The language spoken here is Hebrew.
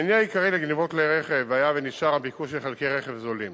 המניע העיקרי לגנבות כלי רכב היה ונשאר הביקוש לחלקי רכב זולים.